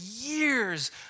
years